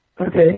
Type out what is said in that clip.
Okay